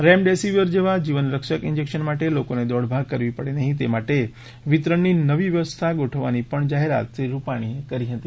remdesivir જેવા જીવન રક્ષક ઈજેકશન માટે લોકોને દોડભાગ કરવી પડે નહીં તે માટે વિતરણની નવી વ્યવસ્થા ગોઠવાની પણ જાહેરાત શ્રી રૂપાણીએ કરી હતી